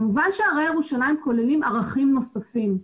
כמובן שהרי ירושלים כוללים ערכים נוספים.